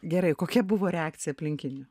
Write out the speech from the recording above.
gerai kokia buvo reakcija aplinkinių